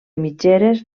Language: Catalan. mitgeres